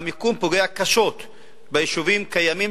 המיקום פוגע קשות ביישובים קיימים,